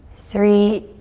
three,